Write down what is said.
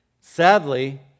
Sadly